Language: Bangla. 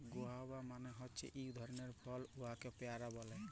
গুয়াভা মালে হছে ইক ধরলের ফল উয়াকে পেয়ারা ব্যলে